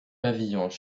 pavillons